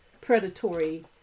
predatory